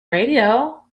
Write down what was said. radio